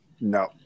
no